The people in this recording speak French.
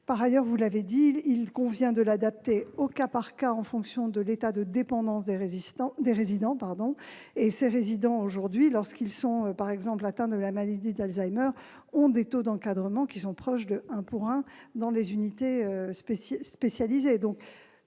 Par ailleurs, vous l'avez dit, il convient d'adapter l'encadrement au cas par cas en fonction de l'état de dépendance des résistants, pardon des résidents. Ces résidents, lorsqu'ils sont par exemple atteints de la maladie d'Alzheimer, ont des taux d'encadrement qui sont proches de 1 pour 1 dans les unités spécialisées.